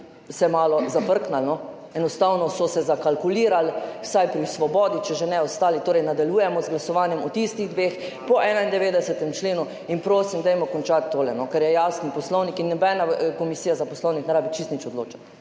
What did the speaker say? malo zafrknili, enostavno so se zakalkulirali, vsaj pri Svobodi, če že ne ostali. Torej nadaljujemo z glasovanjem o tistih dveh po 91. členu in prosim dajmo končati to, ker je jasen poslovnik in nobena Komisija za poslovnik ne rabi čisto nič odločati.